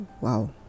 Wow